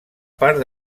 part